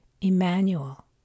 Emmanuel